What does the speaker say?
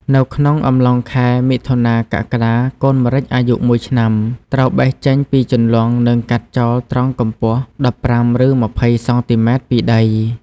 នៅក្នុងអំឡុងខែ មិថុនា-កក្កដា កូន ម្រេច អាយុ ១ឆ្នាំ ត្រូវបេះចេញពីជន្លង់និងកាត់ចោលត្រង់កម្ពស់ ១៥ឬ២០សង់ទីម៉ែត្រ ពីដី។